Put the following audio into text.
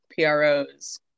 PROs